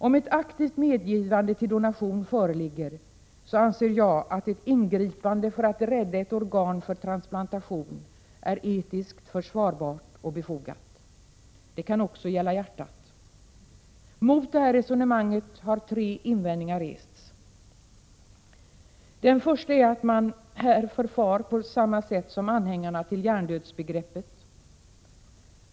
Om ett aktivt medgivande till donation föreligger, anser jag att ett ingripande för att rädda ett organ för transplantation är etiskt försvarbart och befogat. Det kan också gälla hjärtat. Mot det här resonemanget har tre invändningar rests. Den första är att man här förfar på samma sätt som anhängarna till hjärndödsbegreppet.